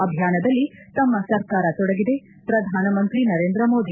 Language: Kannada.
ಅಭಿಯಾನದಲ್ಲಿ ತಮ್ಮ ಸರ್ಕಾರ ತೊಡಗಿದೆ ಪ್ರಧಾನಮಂತ್ರಿ ನರೇಂದ್ರ ಮೋದಿ